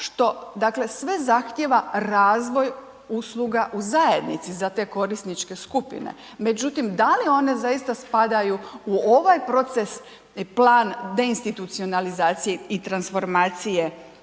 sve zahtijeva razvoj usluga u zajednici za te korisničke skupine, međutim, da li one zaista spadaju u ovaj proces, plan deinstuticionalizacije i transformacije